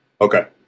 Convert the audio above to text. Okay